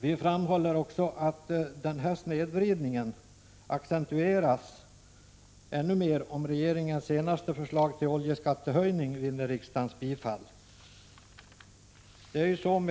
Vi framhåller också att den här snedvridningen accentueras ännu mer om regeringens senaste förslag till oljeskattehöjning vinner riksdagens bifall.